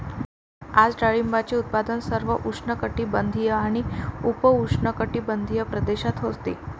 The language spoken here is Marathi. आज डाळिंबाचे उत्पादन सर्व उष्णकटिबंधीय आणि उपउष्णकटिबंधीय प्रदेशात होते